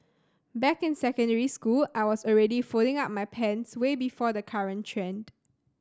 back in secondary school I was already folding up my pants way before the current trend